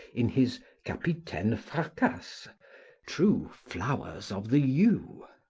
in his capitaine fracasse true flowers of the yew.